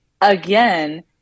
again